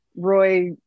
roy